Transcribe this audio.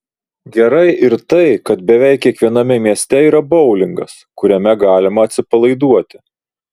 gerai ir tai kad beveik kiekviename mieste yra boulingas kuriame galima atsipalaiduoti